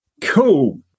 Cool